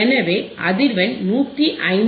எனவே அதிர்வெண் 159